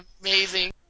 amazing